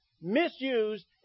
misused